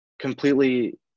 completely